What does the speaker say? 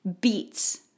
beats